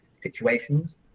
situations